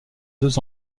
deux